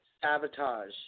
Sabotage